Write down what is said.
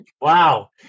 Wow